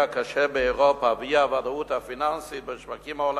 הקשה באירופה ואי-הוודאות הפיננסית בשווקים העולמיים,